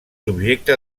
objecte